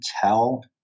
tell